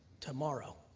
tomorrow.